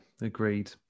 Agreed